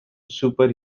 super